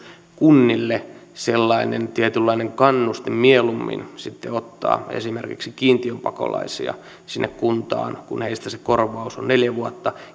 kunnille sellainen tietynlainen kannustin mieluummin ottaa esimerkiksi kiintiöpakolaisia sinne kuntaan kun heistä se korvaus on neljä vuotta